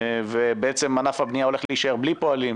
ובעצם ענף הבנייה הולך להישאר בלי פועלים,